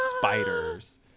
spiders